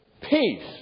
Peace